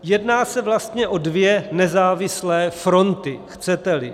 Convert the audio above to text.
Jedná se vlastně o dvě nezávislé fronty, chceteli.